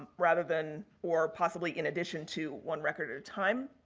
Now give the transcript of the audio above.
rather than or possibly in addition to one record at a time.